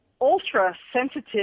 ultra-sensitive